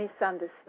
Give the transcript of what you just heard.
misunderstood